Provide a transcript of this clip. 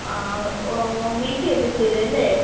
ആ ഓ വീട്ടിൽ എത്തിച്ചുതരും അല്ലേ